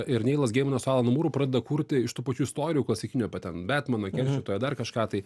ir neilas geimanas su alanu mūru pradeda kurti iš tų pačių istorijų klasikinių apie ten betmaną keršytoją dar kažką tai